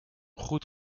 goed